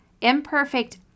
Imperfect